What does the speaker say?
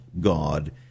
God